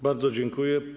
Bardzo dziękuję.